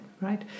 right